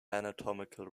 anatomical